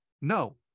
no